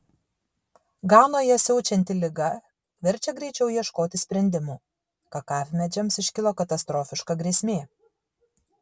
ganoje siaučianti liga verčia greičiau ieškoti sprendimų kakavmedžiams iškilo katastrofiška grėsmė